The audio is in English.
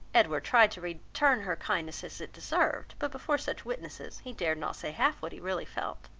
edward tried to return her kindness as it deserved, but before such witnesses he dared not say half what he really felt.